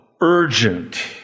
urgent